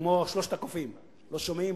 כמו שלושת הקופים: לא שומעים,